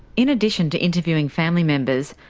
in addition to interviewing family members,